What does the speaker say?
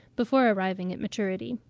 before arriving at maturity.